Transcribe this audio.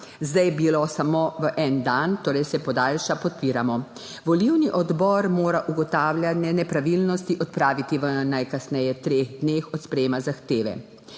zdaj je bilo samo en dan, torej se podaljša, podpiramo. Volilni odbor mora ugotavljanje nepravilnosti odpraviti v najkasneje treh dneh od sprejetja zahteve.